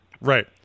Right